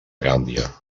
gàmbia